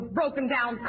broken-down